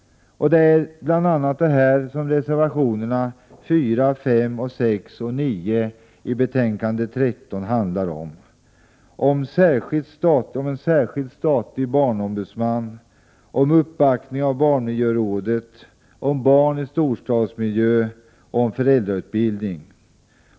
Bl.a. detta tas upp i reservationerna 4, 5, 6 och 9 i betänkande 13. Dessa reservationer handlar om en särskild statlig barnombudsman, uppbackning av barnmiljörådet, barn i storstadsmiljö och föräldrautbildning.